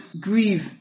grieve